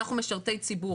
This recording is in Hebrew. אנחנו משרתי ציבור.